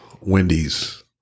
Wendy's